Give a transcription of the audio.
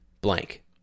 blank